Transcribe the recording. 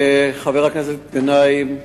חבר הכנסת גנאים,